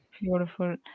Beautiful